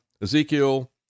Ezekiel